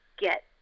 get